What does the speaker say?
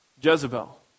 Jezebel